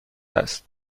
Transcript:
است